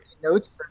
notes